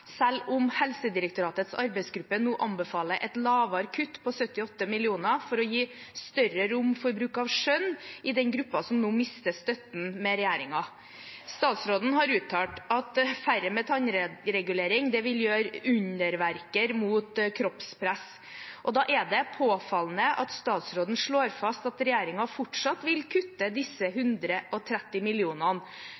selv om Helsedirektoratets arbeidsgruppe nå anbefaler et lavere kutt, på 78 mill. kr, for å gi større rom for bruk av skjønn i den gruppen som nå mister støtten med regjeringens forslag. Statsråden har uttalt at færre med tannregulering vil gjøre underverker mot kroppspress. Da er det påfallende at statsråden slår fast at regjeringen fortsatt vil kutte disse